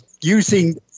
using